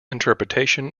interpretation